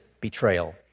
betrayal